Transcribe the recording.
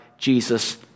Jesus